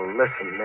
listen